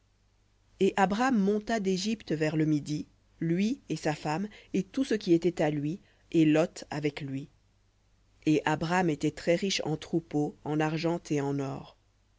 et abram monta d'égypte vers le midi lui et sa femme et tout ce qui était à lui et lot avec lui et abram était très-riche en troupeaux en argent et en or